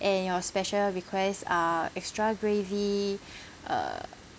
and your special request are extra gravy uh